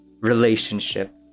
relationship